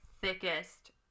thickest